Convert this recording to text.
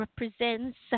Represents